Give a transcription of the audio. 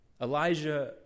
Elijah